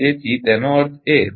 તેથી તેનો અર્થ એ છે કે આ ઓછા 0